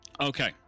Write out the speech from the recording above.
Okay